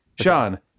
sean